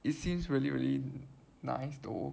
it seems really really nice though